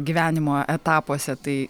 gyvenimo etapuose tai